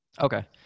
Okay